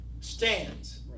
Stands